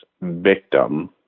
victim